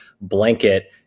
blanket